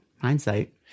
Hindsight